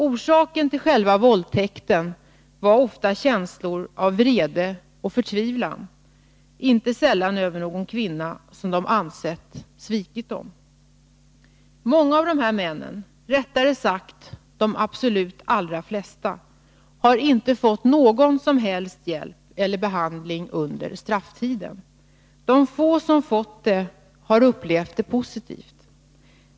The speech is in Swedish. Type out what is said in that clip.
Orsaken till själva våldtäkten var ofta känslor av vrede och förtvivlan, inte sällan över någon kvinna som de ansett svikit dem. Många av de här männen, rättare sagt de allra flesta, har inte fått någon som helst hjälp eller behandling under strafftiden. De få som fått det har upplevt det positivt.